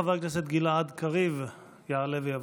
חבר הכנסת גלעד קריב יעלה ויבוא.